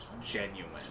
genuine